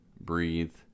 breathe